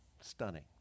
stunning